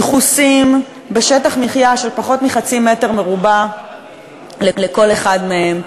דחוסים בשטח מחיה של פחות מחצי מטר מרובע לכל אחד מהם.